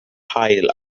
haul